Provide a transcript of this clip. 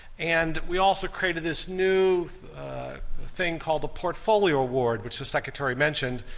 and we also created this new thing called the portfolio award, which the secretary mentioned,